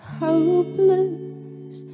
hopeless